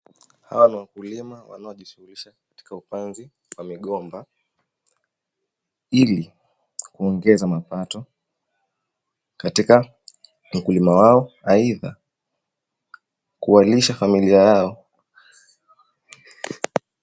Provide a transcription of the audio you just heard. Hawa ni wakulima wanaojishughuliza katika upazi wa migomba hili kuongeza mapata katika ukulima wao aidha kuwalisha familia yao.